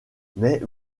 mais